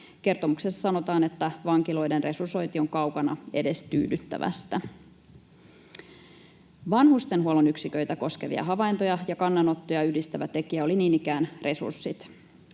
Kertomuksessa sanotaan, että vankiloiden resursointi on kaukana edes tyydyttävästä. Vanhustenhuollon yksiköitä koskevia havaintoja ja kannanottoja yhdistävä tekijä oli niin ikään resurssit.